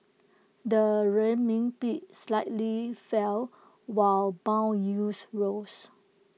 the Renminbi slightly fell while Bond yields rose